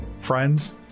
friends